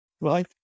Right